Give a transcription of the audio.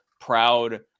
proud